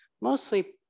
mostly